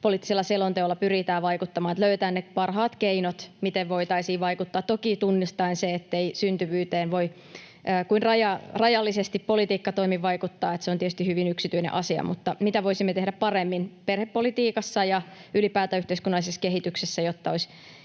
väestöpoliittisella selonteolla pyritään vaikuttamaan, että löydetään ne parhaat keinot, miten voitaisiin vaikuttaa — toki tunnistaen sen, ettei syntyvyyteen voi kuin rajallisesti politiikkatoimin vaikuttaa, se on tietysti hyvin yksityinen asia — mutta mitä voisimme tehdä paremmin perhepolitiikassa ja ylipäätään yhteiskunnallisessa kehityksessä, jotta